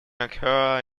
occur